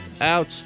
out